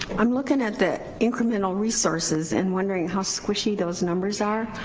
i'm looking at the incremental resources and wondering how squishy those numbers are?